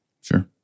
Sure